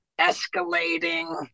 escalating